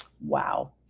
Wow